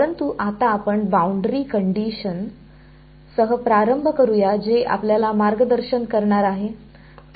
परंतु आता आपण बाउंड्री कंडिशनसह प्रारंभ करूया जे आपल्याला मार्गदर्शन करणार आहे